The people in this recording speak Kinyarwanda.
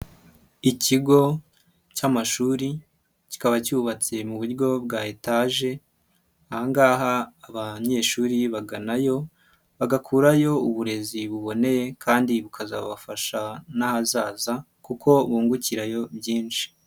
Ikigo cy'amashuri kikaba cyubatse mu buryo bwa etaje, aha aba banyeshuri baganayo bagakurayo uburezi buboneye kandi bukazabafasha n'ahazaza kuko bungukirayo byinsh.i